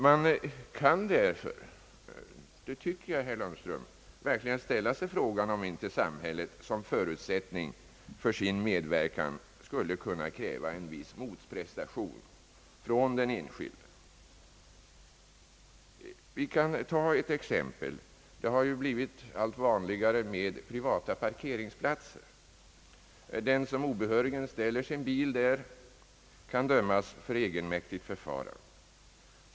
Man kan därför, det tycker jag, herr Lundström, verkligen ställa sig frågan, om inte samhället som förutsättning för sin medverkan skulle kunna kräva en viss motprestation från den enskilde. Vi kan ta ett exempel. Det har blivit allt vanligare med privata parkeringsplatser. Den som obehörigen ställer sin bil där kan dömas för egenmäktigt förfarande.